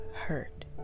hurt